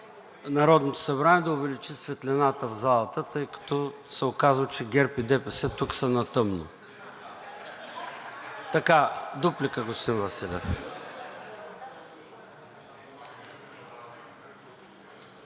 Народното събрание да увеличи светлината в залата, тъй като се оказва, че ГЕРБ и ДПС тук са на тъмно. (Смях.) Дуплика – господин Василев.